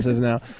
now